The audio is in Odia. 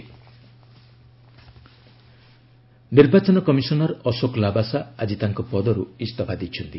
ଅଶୋକ ଲାବାସା ନିର୍ବାଚନ କମିଶନର ଅଶୋକ ଲାବାସା ଆଜି ତାଙ୍କ ପଦରୁ ଇସ୍ତଫା ଦେଇଛନ୍ତି